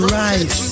right